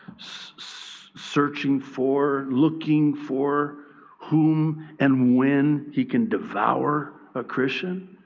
searching for, looking for whom and when he can devour a christian.